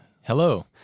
Hello